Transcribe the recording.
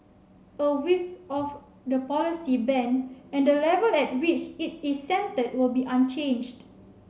the width of the policy band and the level at which it is centred will be unchanged